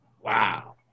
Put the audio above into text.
Wow